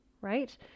right